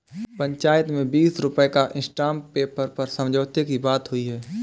पंचायत में बीस रुपए का स्टांप पेपर पर समझौते की बात हुई है